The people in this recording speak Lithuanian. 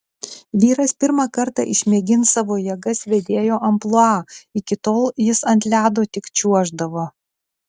vyras pirmą kartą išmėgins savo jėgas vedėjo amplua iki tol jis ant ledo tik čiuoždavo